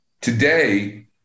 today